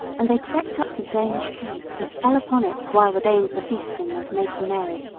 and they crept up to the danish camp and fell upon it while the danes were feasting and making merry,